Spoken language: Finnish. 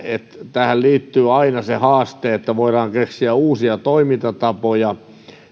tähän liittyy aina se haaste että voidaan keksiä uusia toimintatapoja